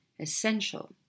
essential